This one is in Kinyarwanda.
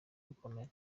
gukomera